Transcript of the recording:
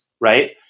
right